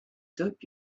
dope